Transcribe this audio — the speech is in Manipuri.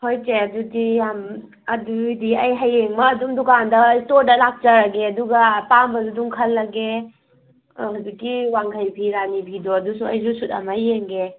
ꯍꯣꯏ ꯆꯦ ꯑꯗꯨꯗꯤ ꯌꯥꯝ ꯑꯗꯨꯗꯤ ꯑꯩ ꯍꯌꯦꯡꯃꯛ ꯑꯗꯨꯝ ꯗꯨꯀꯥꯟꯗ ꯏꯁꯇꯣꯔꯗ ꯂꯥꯛꯆꯔꯒꯦ ꯑꯗꯨꯒ ꯑꯄꯥꯝꯕꯁꯨ ꯑꯗꯨꯝ ꯈꯜꯂꯒꯦ ꯍꯧꯖꯤꯛꯀꯤ ꯋꯥꯡꯈꯩ ꯐꯤ ꯔꯥꯅꯤ ꯐꯤꯗꯣ ꯑꯗꯨꯗꯣ ꯑꯩꯁꯨ ꯁꯨꯠ ꯑꯃ ꯌꯦꯡꯒꯦ